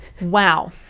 Wow